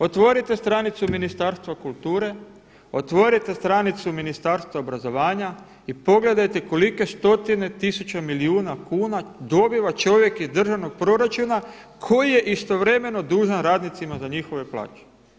Otvorite stranicu Ministarstva kulture, otvorite stranicu Ministarstva obrazovanja i pogledajte kolike stotine tisuća milijuna kuna dobiva čovjek iz državnog proračuna koji je istovremeno dužan radnicima za njihove plaće.